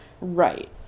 right